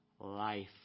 life